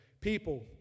People